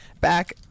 back